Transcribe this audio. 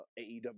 AEW